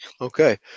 Okay